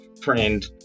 friend